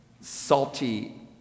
salty